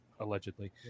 allegedly